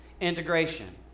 integration